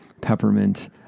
peppermint